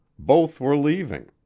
both were leaving.